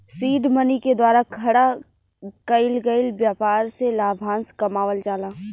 seed money के द्वारा खड़ा कईल गईल ब्यपार से लाभांस कमावल जाला